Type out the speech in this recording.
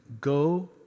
go